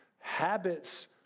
habits